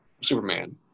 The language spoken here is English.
Superman